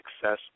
success